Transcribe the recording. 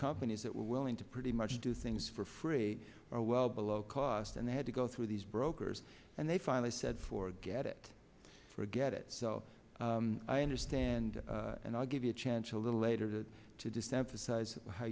companies that were willing to pretty much do things for free or well below cost and they had to go through these brokers and they finally said forget it forget it so i understand and i'll give you a chance a little later to to desensitise how